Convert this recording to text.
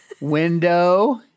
window